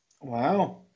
Wow